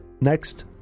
Next